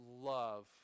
love